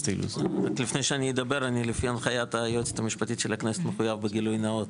לפי הנחיית היועצת המשפטית של הכנסת אני מחויב בגילוי נאות